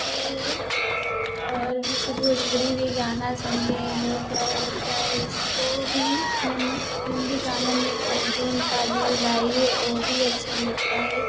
और और जैसे भोजपुरी में गाना सुनते हैं बहुत प्यारा लगता है उसको भी हिन्दी गानों में वो जो उनका काज्वल गाई वो भी अच्छा लगता है